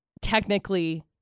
technically